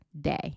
day